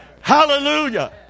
Hallelujah